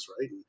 right